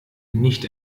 nicht